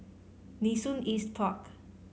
Nee Soon East Park